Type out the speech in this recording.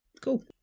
Cool